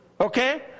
Okay